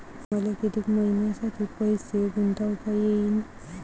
मले कितीक मईन्यासाठी पैसे गुंतवता येईन?